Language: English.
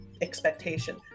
expectation